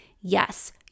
Yes